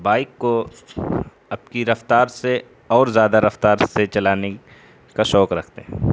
bike کو اب کی رفتار سے اور زیادہ رفتار سے چلانے کا شوق رکتھے ہیں